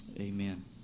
Amen